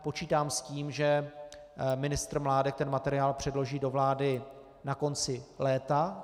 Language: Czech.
Počítám s tím, že ministr Mládek materiál předloží do vlády na konci léta.